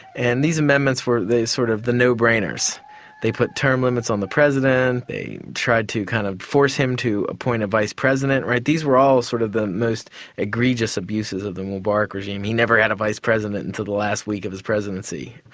and these amendments were the sort of the no-brainers they put term limits on the president they tried to kind of force him to appoint a vice-president, right? these were all sort of the most egregious abuses of the mubarak regime. he never had a vice-president until the last week of his presidency.